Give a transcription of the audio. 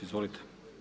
Izvolite.